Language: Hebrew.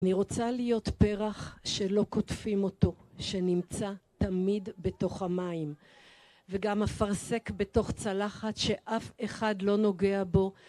אני רוצה להיות פרח שלא קוטפים אותו, שנמצא תמיד בתוך המים. וגם אפרסק בתוך צלחת שאף אחד לא נוגע בו.